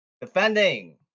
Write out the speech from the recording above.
Defending